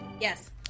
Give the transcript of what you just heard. Yes